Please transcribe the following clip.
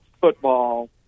football